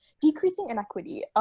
decreasing in equity,